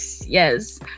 Yes